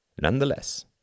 nonetheless